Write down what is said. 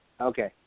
Okay